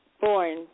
born